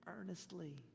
earnestly